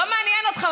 לא מעניין אותך,